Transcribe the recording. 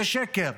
זה שקר.